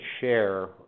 share